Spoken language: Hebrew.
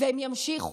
והן יימשכו.